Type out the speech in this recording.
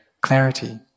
clarity